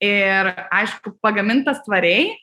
ir aišku pagamintas tvariai